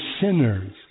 sinners